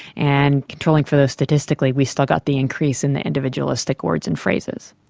and controlling for those statistically we still got the increase in the individualistic words and phrases.